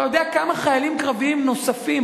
אתה יודע כמה חיילים קרביים נוספים